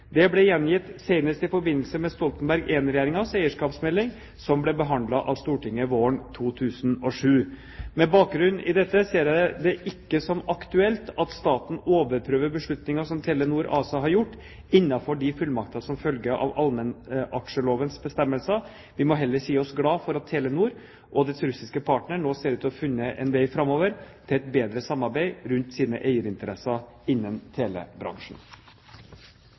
Det ble gjentatt senest i forbindelse med Stoltenberg I-regjeringens eierskapsmelding, som ble behandlet av Stortinget våren 2007. Med bakgrunn i dette ser jeg det ikke som aktuelt at staten overprøver beslutninger som Telenor ASA har gjort, innenfor de fullmakter som følger av allmennaksjelovens bestemmelser. Vi må heller si oss glad for at Telenor og dets russiske partner nå ser ut til å ha funnet en vei framover, til et bedre samarbeid rundt sine eierinteresser innen